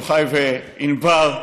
יוחאי וענבר,